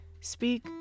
speak